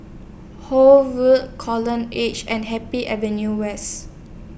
Horne Wood Coral Edge and Happy Avenue West